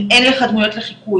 אם אין לך דמויות לחיקוי,